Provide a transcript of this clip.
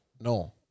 no